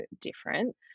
different